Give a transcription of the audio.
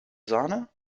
sahne